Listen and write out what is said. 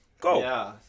go